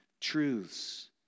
truths